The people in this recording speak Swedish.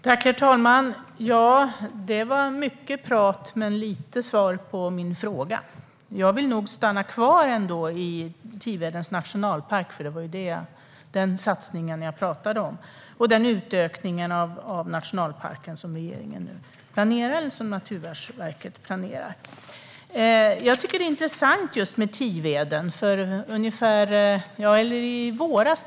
Herr talman! Det var mycket prat, men bara lite svar på min fråga. Jag vill nog ändå uppehålla mig vid Tivedens nationalpark. Det var ju den satsningen som jag pratade om och den utökning av nationalparken som Naturvårdsverket planerar. Jag tycker att detta med Tiveden är intressant.